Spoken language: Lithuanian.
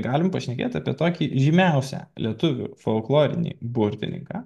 galim pašnekėti apie tokį žymiausią lietuvių folklorinį burtininką